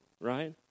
Right